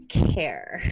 care